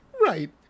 Right